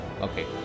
Okay